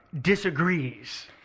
disagrees